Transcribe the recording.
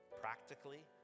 practically